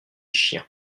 chien